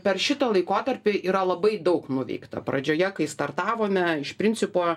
per šitą laikotarpį yra labai daug nuveikta pradžioje kai startavome iš principo